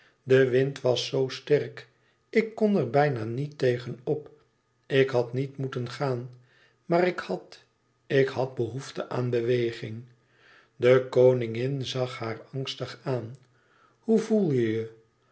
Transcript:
de wind was zoo sterk ik kon er bijna niet tegen op ik had niet moeten gaan maar ik had ik had behoefte aan beweging de koningin zag haar angstig aan hoe voel je je